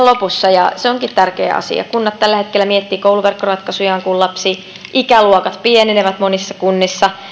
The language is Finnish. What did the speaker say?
lopussa ja se onkin tärkeä asia kunnat tällä hetkellä miettivät kouluverkkoratkaisujaan kun lapsi ikäluokat pienenevät monissa kunnissa